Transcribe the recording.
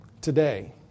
today